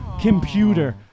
computer